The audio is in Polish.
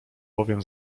bowiem